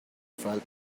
felt